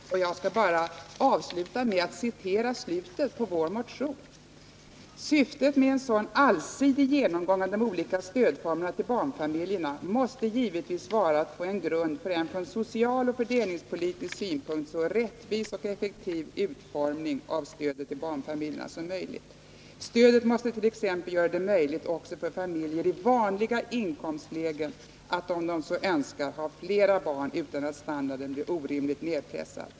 Avslutningsvis skall jag citera slutet på vår motion: ”Syftet med en sådan allsidig genomgång av de olika stödformerna till barnfamiljerna måste givetvis vara att få en grund för en från social och fördelningspolitisk synpunkt så rättvis och effektiv utformning av stödet till barnfamiljerna som möjligt. Stödet måste 1. ex. göra det möjligt också för familjer i vanliga inkomstlägen att, om de så önskar, ha flera barn utan att standarden blir orimligt nedpressad.